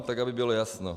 Tak aby bylo jasno.